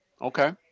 okay